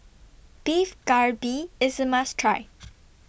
Beef Galbi IS A must Try